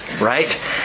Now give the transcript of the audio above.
right